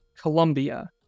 Colombia